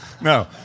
No